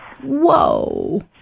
Whoa